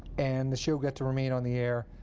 and the show got to remain on the air.